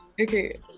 okay